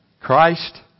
Christ